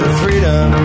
freedom